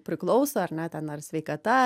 priklauso ar ne ten ar sveikata